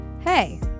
Hey